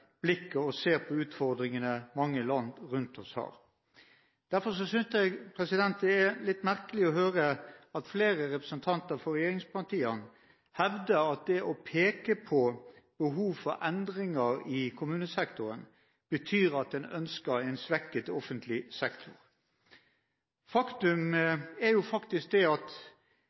blikket og ser på utfordringene i mange land rundt oss. Derfor synes jeg det er litt merkelig å høre at flere representanter for regjeringspartiene hevder at det å peke på behov for endringer i kommunesektoren, betyr at man ønsker en svekket offentlig sektor. Faktum er jo at det